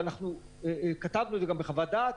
ואנחנו כתבנו את זה גם בחוות הדעת,